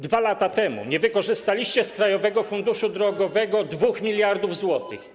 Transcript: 2 lata temu nie wykorzystaliście z Krajowego Funduszu Drogowego 2 mld zł.